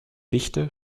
dichte